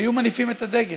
היו מניפים את הדגל.